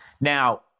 Now